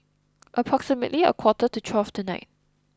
approximately a quarter to twelve tonight